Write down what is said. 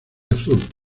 azul